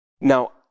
Now